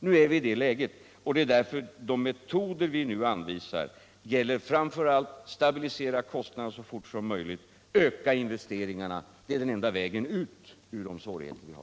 Nu har det skett och det är därför de metoder som vi anvisar framför allt syftar till att stabilisera kostnadsläget så fort som möjligt och öka investeringarna. Det är den enda vägen ut ur svårigheterna.